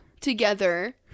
together